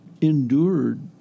endured